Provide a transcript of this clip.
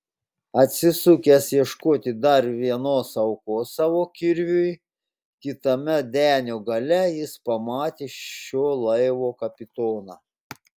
atsisukęs ieškoti dar vienos aukos savo kirviui kitame denio gale jis pamatė šio laivo kapitoną